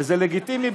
וזה לגיטימי,